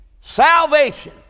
salvation